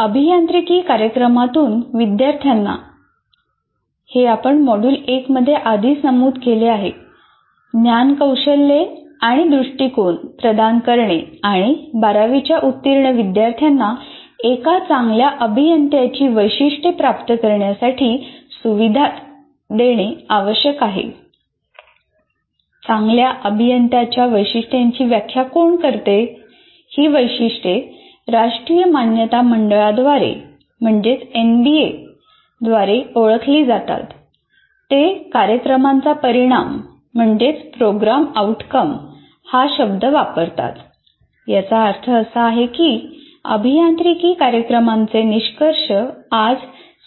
अभियांत्रिकी कार्यक्रमातून विद्यार्थ्यांना हा शब्द वापरतात याचा अर्थ असा आहे की अभियांत्रिकी कार्यक्रमाचे निष्कर्ष आज